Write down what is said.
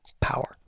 power